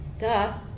Duh